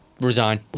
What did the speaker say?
resign